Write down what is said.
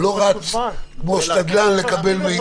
כאשר הוא מקבל הכול באון ליין ולא רץ כמו שתדלן לקבל מידע.